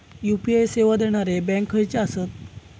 UPI सेवा देणारे bank खयचे आसत?